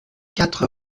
quatre